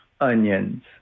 onions